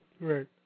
Right